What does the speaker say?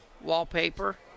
wallpaper